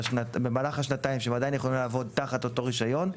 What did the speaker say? שבמהלך השנתיים שהם עדיין יכולים לעבוד תחת אותו רישיון,